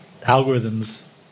algorithms